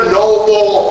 noble